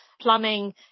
plumbing